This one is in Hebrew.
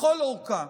לכל אורכה,